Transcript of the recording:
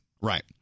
Right